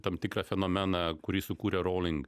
tam tikrą fenomeną kurį sukūrė rowling